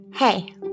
Hey